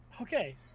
okay